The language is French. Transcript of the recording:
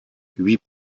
huit